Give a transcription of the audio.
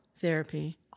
therapy